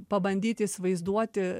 pabandyt įsivaizduoti